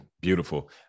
Beautiful